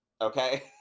okay